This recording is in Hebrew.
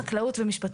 חקלאות ומשפטים.